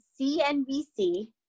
CNBC